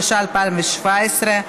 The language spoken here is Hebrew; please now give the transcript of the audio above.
התשע"ח 2017,